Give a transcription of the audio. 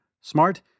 smart